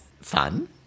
fun